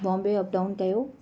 Bombay up down कयो